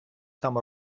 там